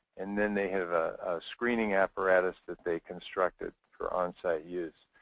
and then they have a screening apparatus that they constructed for on-site use.